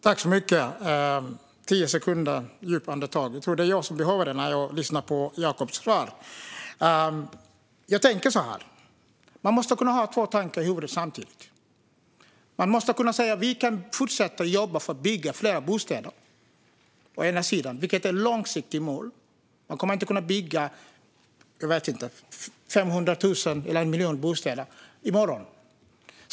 Fru talman! Jag tror att det är jag som behöver ta ett djupt andetag och räkna till tio när jag lyssnar på Jakob Olofsgårds svar. Jag tänker att man måste kunna ha två tankar i huvudet samtidigt. Man måste kunna säga att vi kan fortsätta att jobba för att det ska byggas fler bostäder, vilket är ett långsiktigt mål. Det kommer inte att kunna byggas 500 000 eller 1 miljon bostäder i morgon.